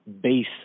Base